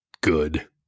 good